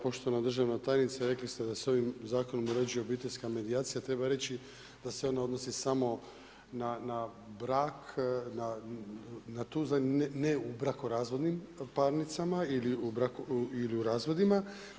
Poštovana državna tajnice rekli ste da se ovim zakonom uređuje obiteljska medijacija, treba reći da se ona odnosi samo na brak, ne u brakorazvodnim parnicama ili u razvodima.